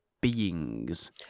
beings